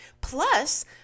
plus